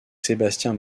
sébastien